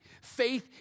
Faith